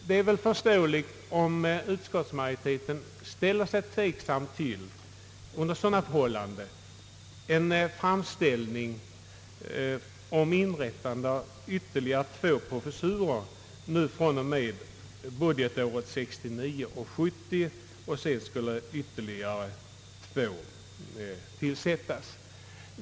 Det är väl förståeligt om utskottsma joriteten under sådana förhållanden ställer sig tveksam till en framställning om att ytterligare två professurer från och med budgetåret 1969/70 skulle inrättas och sedan två till.